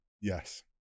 Yes